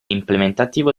implementativo